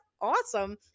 awesome